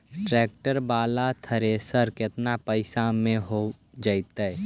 Tractor बाला thresher केतना पैसा में हो जैतै?